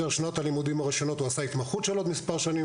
הלימודים הראשונות הוא עשה התמחות של עוד מספר שנים,